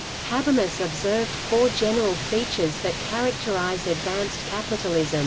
habermas observed four general features that characterise advanced capitalism